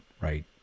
right